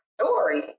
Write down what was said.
story